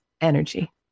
energy